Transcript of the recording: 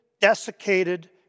desiccated